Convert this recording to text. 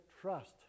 trust